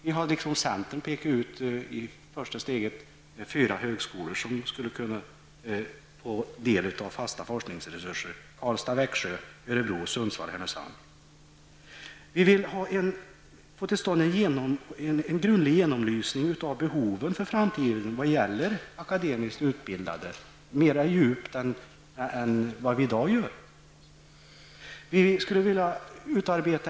Vi har liksom centern i första steget pekat ut fyra högskolor som skulle kunna få del av fasta forskningsresurser, Karlstad--Växjö, Örebro, Sundsvall och Härnösand. Vi vill få till stånd en mer grundlig genomlysning av behoven för framtiden vad gäller akademiskt utbildade än den som görs i dag.